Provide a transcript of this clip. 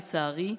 לצערי,